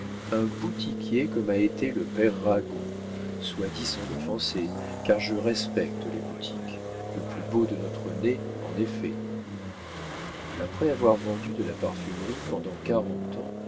un boutiquier comme a été le père ragon soit dit sans l'offenser car je respecte les boutiques le plus beau de notre nez en est fait après avoir vendu de la parfumerie pendant quarante ans